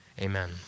amen